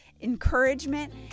encouragement